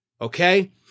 Okay